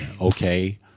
okay